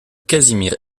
casimir